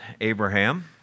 Abraham